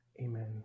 amen